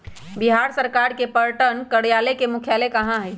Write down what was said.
बिहार सरकार के पटसन कार्यालय के मुख्यालय कहाँ हई?